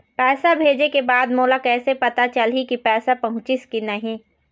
पैसा भेजे के बाद मोला कैसे पता चलही की पैसा पहुंचिस कि नहीं?